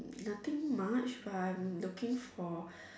nothing much but I'm looking for (pbb)